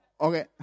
okay